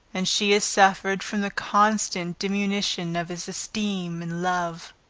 and she has suffered from the consequent diminution of his esteem and love.